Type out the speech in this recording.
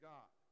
God